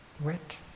wet